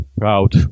proud